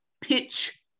pitch